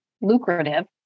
lucrative